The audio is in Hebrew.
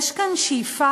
יש כאן שאיפה,